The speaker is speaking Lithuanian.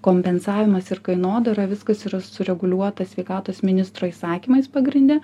kompensavimas ir kainodara viskas yra sureguliuota sveikatos ministro įsakymais pagrinde